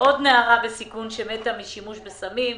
בעוד נערה בסיכון שמתה משימוש בסמים.